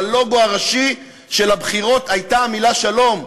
בלוגו הראשי של הבחירות הייתה המילה שלום.